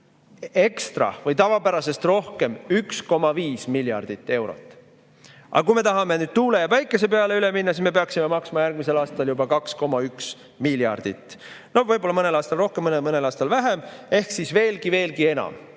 ekstra või tavapärasest rohkem 1,5 miljardit eurot. Aga kui me tahame tuule ja päikese peale üle minna, siis me peaksime maksma järgmisel aastal juba 2,1 miljardit, no võib-olla mõnel aastal rohkem, mõnel aastal vähem, ehk veelgi‑veelgi enam.